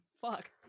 Fuck